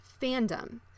fandom